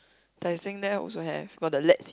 Tai Seng there also have got the let's